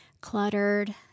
Cluttered